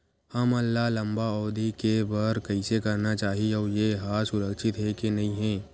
हमन ला लंबा अवधि के बर कइसे करना चाही अउ ये हा सुरक्षित हे के नई हे?